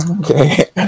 Okay